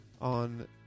on